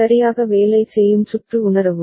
சரியாக வேலை செய்யும் சுற்று உணரவும்